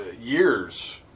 years